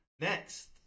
Next